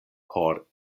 por